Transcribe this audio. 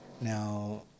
Now